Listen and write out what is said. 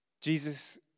Jesus